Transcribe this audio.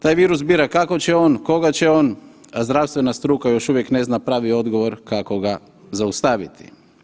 Taj virus bira kako će on, koga će on, a zdravstvena struka još uvijek ne zna pravi odgovor kako ga zaustaviti.